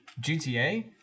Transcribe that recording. GTA